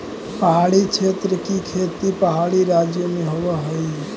पहाड़ी क्षेत्र की खेती पहाड़ी राज्यों में होवअ हई